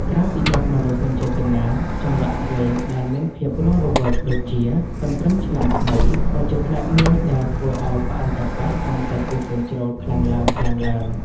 ក្រៅពីបទមនោសញ្ចេតនា ចង្វាក់ភ្លេងដែលមានភាពរស់រវើកដូចជា កន្ទ្រឹមឆ្នាំថ្មី ក៏ជាផ្នែកមួយដែលធ្វើឱ្យបរិយាកាសកាន់តែពុះកញ្ជ្រោលខ្លាំងឡើងៗ។